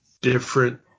different